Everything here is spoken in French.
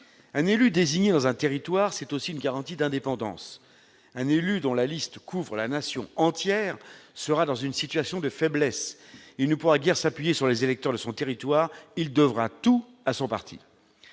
Un élu désigné dans un territoire, c'est aussi une garantie d'indépendance. Un élu dont la liste couvre la Nation entière sera dans une situation de faiblesse : il ne pourra guère s'appuyer sur les électeurs de son territoire ; il devra tout à son parti.